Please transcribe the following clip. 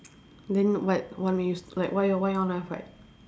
then but like why you all why you all never fight